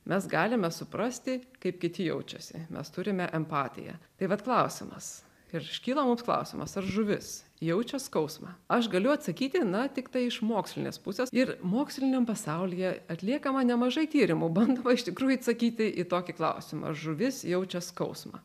mes galime suprasti kaip kiti jaučiasi mes turime empatiją tai vat klausimas ir iškilo mums klausimas ar žuvis jaučia skausmą aš galiu atsakyti na tiktai iš mokslinės pusės ir moksliniam pasaulyje atliekama nemažai tyrimų bandoma iš tikrųjų atsakyti į tokį klausimą žuvis jaučia skausmą